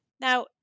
Now